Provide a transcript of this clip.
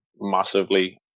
massively